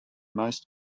most